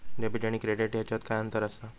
Debit आणि credit ह्याच्यात काय अंतर असा?